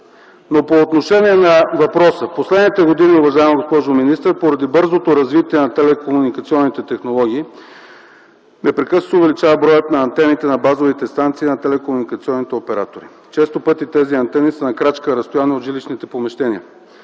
По отношение на въпроса, в последните години, уважаема госпожо министър, поради бързото развитие на телекомуникационните технологии непрекъснато се увеличава броят на антените на базовите станции на телекомуникационните оператори. Често пъти тези антени са на крачка разстояние от жилищните помещения.